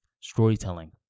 storytelling